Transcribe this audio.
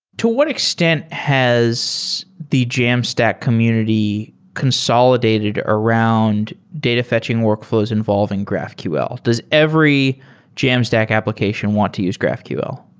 to what extent has the jamstack community consolidated around data fetching workfl ows involving graphql? does every jamstack application want to use graphql?